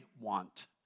want